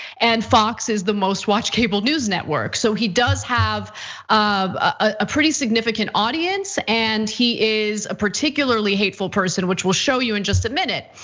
and fox is the most watched cable news network. so he does have um a pretty significant audience and he is a particularly hateful person which we'll show you in just a minute.